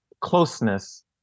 closeness